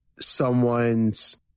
someone's